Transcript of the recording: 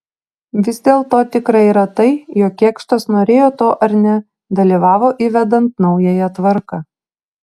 vis dėlto tikra yra tai jog kėkštas norėjo to ar ne dalyvavo įvedant naująją tvarką